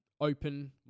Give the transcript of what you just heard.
open